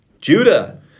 Judah